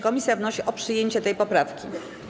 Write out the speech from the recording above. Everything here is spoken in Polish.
Komisja wnosi o przyjęcie tej poprawki.